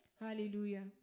Hallelujah